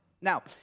Now